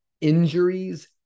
injuries